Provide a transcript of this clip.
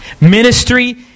ministry